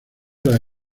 las